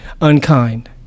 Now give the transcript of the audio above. unkind